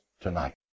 tonight